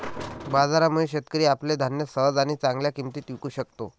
बाजारामुळे, शेतकरी आपले धान्य सहज आणि चांगल्या किंमतीत विकू शकतो